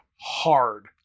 hard